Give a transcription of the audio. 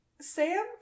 Sam